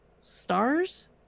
stars